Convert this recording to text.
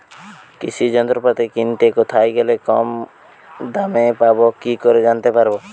কৃষি যন্ত্রপাতি কিনতে কোথায় গেলে কম দামে পাব কি করে জানতে পারব?